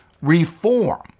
reform